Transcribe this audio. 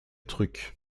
truc